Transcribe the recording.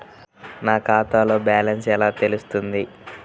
నా ఖాతాలో బ్యాలెన్స్ ఎలా తెలుస్తుంది?